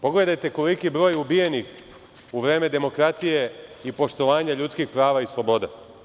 Pogledajte koliki broj ubijenih u vreme demokratije i poštovanja ljudskih prava i sloboda.